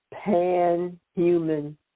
pan-human